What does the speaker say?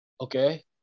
Okay